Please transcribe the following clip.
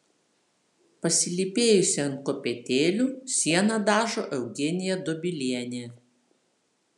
pasilypėjusi ant kopėtėlių sieną dažo eugenija dobilienė